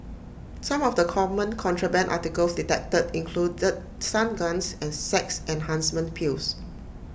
some of the common contraband articles detected included stun guns and sex enhancement pills